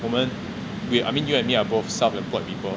我们 we I mean you and me are both self employed people